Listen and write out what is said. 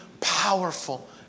Powerful